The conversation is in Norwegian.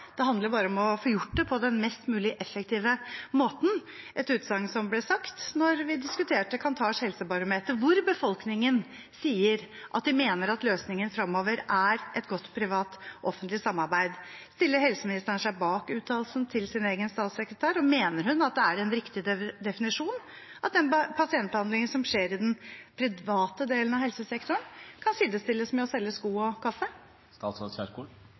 Det handler bare om å få gjort det på den mest mulig effektive måten. Det er et utsagn som kom da vi diskuterte Kantars helsepolitiske barometer, hvor befolkningen svarer at de mener at løsningen framover er et godt offentlig–privat samarbeid. Stiller helseministeren seg bak uttalelsen fra sin egen statssekretær, og mener hun at det er en riktig definisjon, at den pasientbehandlingen som skjer i den private delen av helsesektoren, kan sidestilles med å selge sko og